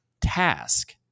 task